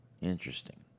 Interesting